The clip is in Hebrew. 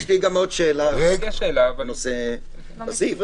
יש לי עוד שאלה בנושא הזה.